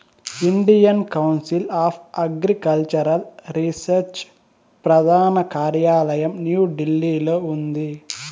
Indian Council of Agricultural Research ప్రధాన కార్యాలయం న్యూఢిల్లీలో ఉంది